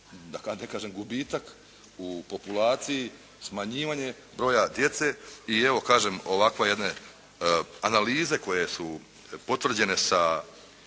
da ne kažem gubitak u populaciji, smanjivanje broja djece. I evo kažem, ovakve jedne analize koje su potvrđene sa